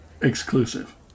exclusive